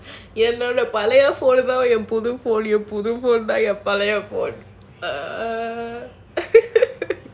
ya கேளு கேளு:kelu kelu ugh